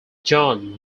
john